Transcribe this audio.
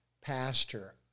pastor